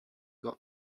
got